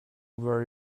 were